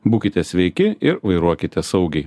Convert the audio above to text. būkite sveiki ir vairuokite saugiai